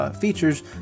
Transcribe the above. features